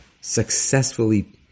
successfully